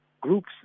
groups